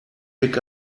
pick